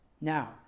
now